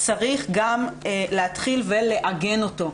צריך להתחיל ולעגן אותו.